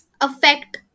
affect